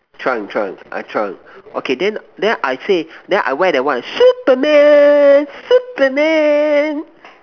trunk trunk I trunk okay then then I say then I wear that one Superman Superman